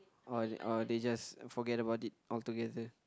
or they or they just forget about it altogether